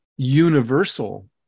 universal